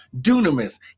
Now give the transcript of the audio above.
Dunamis